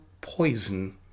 poison